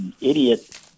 idiot